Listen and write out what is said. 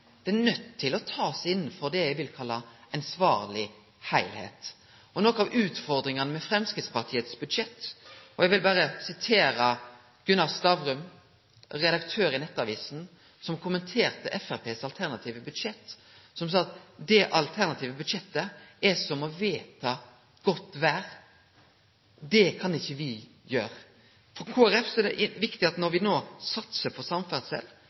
Det er nøydt til å bli tatt innanfor det eg vil kalle ein ansvarleg heilskap. Når det gjeld nokre av utfordringane med Framstegspartiet sitt alternative budsjett, vil eg sitere Gunnar Stavrum, redaktør i Nettavisen. Han kommenterte Framstegspartiet sitt alternative budsjett og sa at det alternative budsjettet er som å vedta godt vêr. Det kan ikkje me gjere. For Kristeleg Folkeparti er det viktig at når me no satsar på samferdsel,